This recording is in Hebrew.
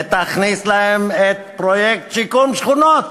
ותכניס להם את פרויקט שיקום שכונות,